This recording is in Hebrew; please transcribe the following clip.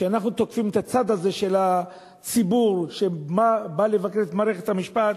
כשאנחנו תוקפים את הצד הזה של הציבור שבא לבקר את מערכת המשפט,